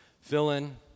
fill-in